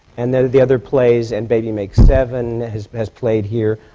and then, the other plays, and baby makes seven has has played here.